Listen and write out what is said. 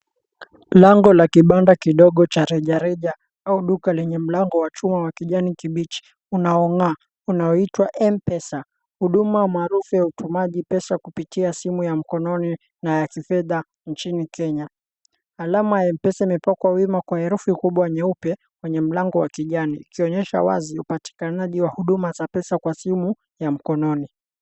Lango la kibanda kidogo cha rejareja au duka lenye mlango wa chuma wa kijani kibichi unaong'aa, unaoitwa M-Pesa, huduma maarufu ya utumaji pesa kupitia simu ya mkononi na ya kifedha nchini Kenya. Alama ya M-Pesa imepakwa wima kwa herufi kubwa nyeupe kwenye mlango wa kijani, ikionyesha wazi upatikanaji wa huduma za pesa kwa simu ya mkononi.